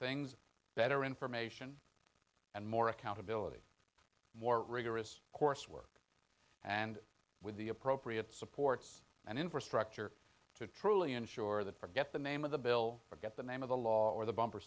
things better information and more accountability more rigorous coursework and with the appropriate supports and infrastructure to truly ensure that forget the name of the bill forget the name of the law or the bumper